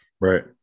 Right